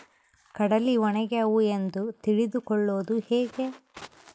ಕಡಲಿ ಒಣಗ್ಯಾವು ಎಂದು ತಿಳಿದು ಕೊಳ್ಳೋದು ಹೇಗೆ?